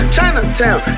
Chinatown